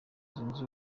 zunze